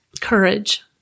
courage